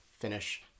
finish